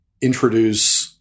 introduce